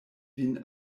vin